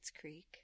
Creek